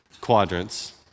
quadrants